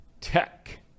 Tech